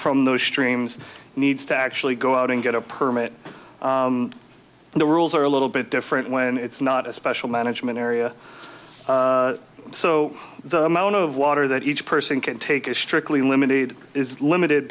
from those streams needs to actually go out and get a permit and the rules are a little bit different when it's not a special management area so the amount of water that each person can take is strictly limited is limited